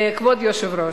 כבוד היושב-ראש,